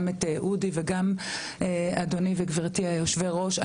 את אודי וגם אדוני וגברתי יושבי הראש.